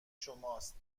شماست